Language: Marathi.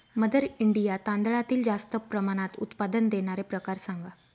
मदर इंडिया तांदळातील जास्त प्रमाणात उत्पादन देणारे प्रकार सांगा